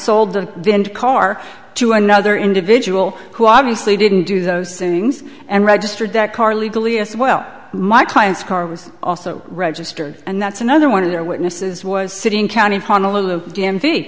sold the car to another individual who obviously didn't do those things and registered that car legally as well my client's car was also registered and that's another one of their witnesses was sitting county honolulu d m v